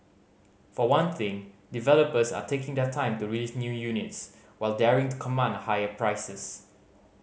for one thing developers are taking their time to release new units while daring to command higher prices